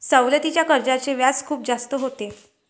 सवलतीच्या कर्जाचे व्याज खूप जास्त होते